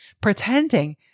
pretending